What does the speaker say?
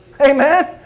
Amen